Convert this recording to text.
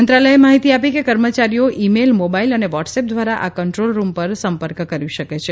મંત્રાલયે માહિતી આપી છે કે કર્મચારીઓ ઇમેઇલ મોબાઈલ અને વોટ્સએપ દ્વારા આ કંટ્રોલ રૂમ પર સંપર્ક કરી શકે છે